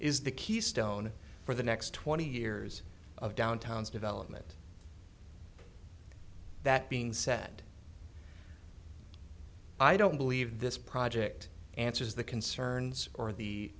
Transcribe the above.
is the keystone for the next twenty years of downtown's development that being said i don't believe this project answers the concerns or the